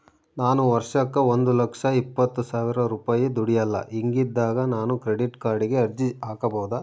ನಾನು ವರ್ಷಕ್ಕ ಒಂದು ಲಕ್ಷ ಇಪ್ಪತ್ತು ಸಾವಿರ ರೂಪಾಯಿ ದುಡಿಯಲ್ಲ ಹಿಂಗಿದ್ದಾಗ ನಾನು ಕ್ರೆಡಿಟ್ ಕಾರ್ಡಿಗೆ ಅರ್ಜಿ ಹಾಕಬಹುದಾ?